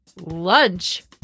Lunch